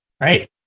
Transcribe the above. right